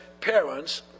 parents